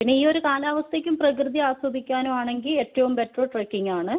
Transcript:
പിന്നെ ഈ ഒരു കാലാവസ്ഥയ്ക്കും പ്രകൃതി ആസ്വദിക്കാനും ആണെങ്കില് ഏറ്റവും ബെറ്ററ് ട്രക്കിങ്ങ് ആണ്